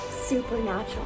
supernatural